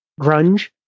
Grunge